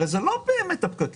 הרי זה לא באמת הפקקים.